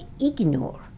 ignore